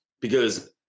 Because-